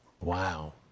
Wow